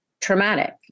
traumatic